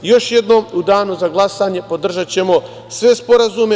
Još jednom, u danu za glasanje podržaćemo sve sporazume.